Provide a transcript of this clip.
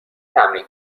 تمرین